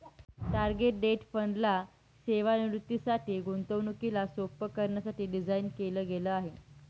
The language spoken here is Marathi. टार्गेट डेट फंड ला सेवानिवृत्तीसाठी, गुंतवणुकीला सोप्प करण्यासाठी डिझाईन केल गेल आहे